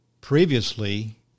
previously